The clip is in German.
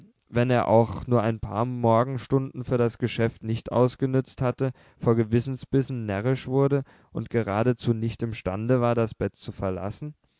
wenn er auch nur ein paar morgenstunden für das geschäft nicht ausgenützt hatte vor gewissensbissen närrisch wurde und geradezu nicht imstande war das bett zu verlassen